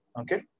Okay